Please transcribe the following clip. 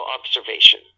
observation